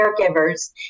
caregivers